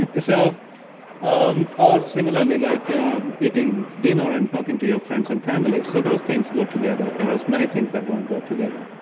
and so um ah similarly, like eating dinner and talking to your friends and family, so those things go together, whereas many things that don't go together.